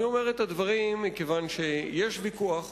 אני אומר את הדברים מכיוון שיש ויכוח,